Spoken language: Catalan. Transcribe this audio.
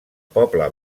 poble